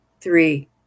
three